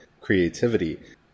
creativity